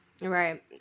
Right